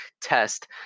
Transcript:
test